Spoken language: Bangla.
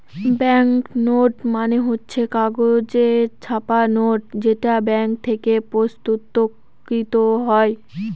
ব্যাঙ্ক নোট মানে হচ্ছে কাগজে ছাপা নোট যেটা ব্যাঙ্ক থেকে প্রস্তুত কৃত হয়